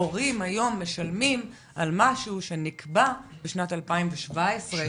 היום הורים משלמים על משהו שנקבע בשנת 2017,